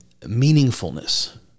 meaningfulness